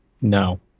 no